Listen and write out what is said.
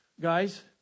guys